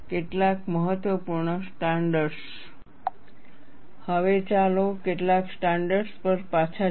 કેટલાક મહત્વપૂર્ણ સ્ટાન્ડર્ડ્સપ્રથાઓ હવે ચાલો કેટલાક સ્ટાન્ડર્ડ્સ પર પાછા જઈએ